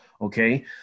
okay